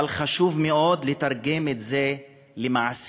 אבל חשוב מאוד לתרגם את זה למעשים: